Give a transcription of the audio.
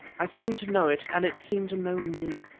i seemed to know it and it seemed to know me.